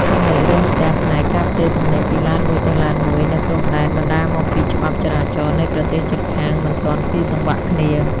ចំណុចរាំងស្ទះផ្នែក "ការផ្ទេរទំនិញពីឡានមួយទៅឡានមួយ" នៅព្រំដែន បណ្ដាលមកពីច្បាប់ចរាចរណ៍នៃប្រទេសជិតខាងមិនទាន់ស៊ីសង្វាក់គ្នា។